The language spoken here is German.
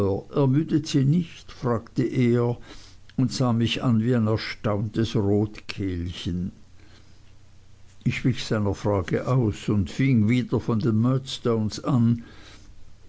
ermüdet sie nicht fragte er und sah mich an wie ein erstauntes rotkehlchen ich wich seiner frage aus und fing wieder von den murdstones an